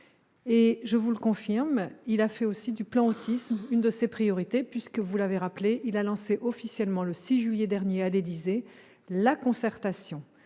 Je vous confirme qu'il a aussi fait du plan Autisme l'une de ses priorités, puisque, comme vous l'avez rappelé, il a lancé officiellement, le 6 juillet dernier, à l'Élysée, la concertation